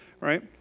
right